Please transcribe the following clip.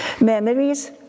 Memories